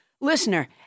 Listener